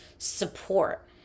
support